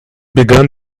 began